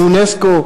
מאונסק"ו,